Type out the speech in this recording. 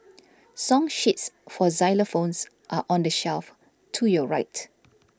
song sheets for xylophones are on the shelf to your right